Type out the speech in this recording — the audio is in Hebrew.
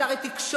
זה הרי תקשורת,